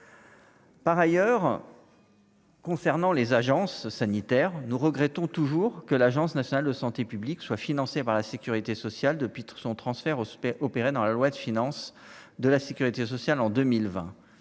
mentale. Concernant les agences sanitaires nous regrettons toujours que l'Agence nationale de santé publique soit financé par la Sécurité sociale depuis tout son transfert au suspects opéraient dans la loi de finance de la Sécurité sociale en 2020